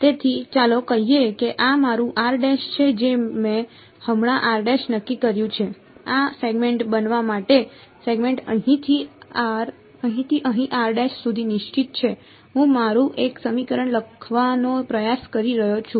તેથી ચાલો કહીએ કે આ મારું છે જે મેં હમણાં નક્કી કર્યું છે આ સેગમેન્ટ બનવા માટે સેગમેન્ટ અહીંથી અહીં સુધી નિશ્ચિત છે હું મારું એક સમીકરણ લખવાનો પ્રયાસ કરી રહ્યો છું